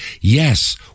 Yes